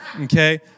okay